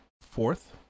fourth